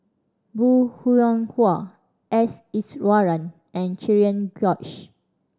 Bong Hiong Hwa S Iswaran and Cherian George